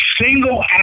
single